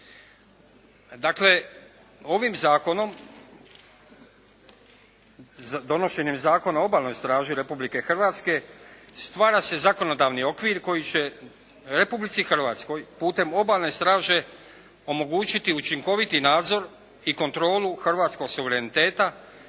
Dakle, ovim zakonom, donošenjem Zakona o Obalnoj straži Republike Hrvatske stvara se zakonodavni okvir koji će Republici Hrvatskoj putem Obalne straže omogućiti učinkoviti nadzor i kontrolu hrvatskog suvereniteta